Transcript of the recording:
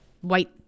white